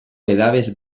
edabe